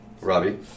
Robbie